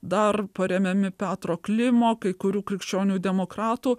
dar paremiami petro klimo kai kurių krikščionių demokratų